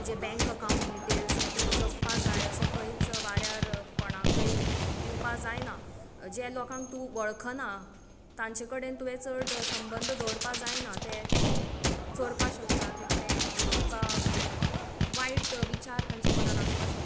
तुजे bank account details तुवें जपपाक जाय अशें खंयच वाऱ्यार कोंणाकय दिवपाक जायना जे लोकांक तूं वळखना तांचे कडेन तुवें चड संबंध दवरपाक जायना ते चोरपाक शकतात ते कितें तुका वायट विचार तांच्या मनांत आसपाक शकता